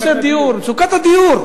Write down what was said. על נושא הדיור, מצוקת הדיור.